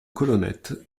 colonnettes